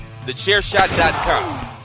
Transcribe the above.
TheChairShot.com